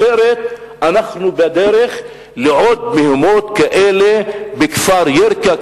אחרת אנחנו בדרך לעוד מהומות כאלה בכפר ירכא,